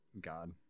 God